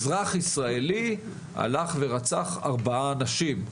אזרח ישראלי הלך ורצח ארבעה אנשים.